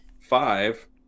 five